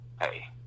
hey